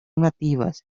nativas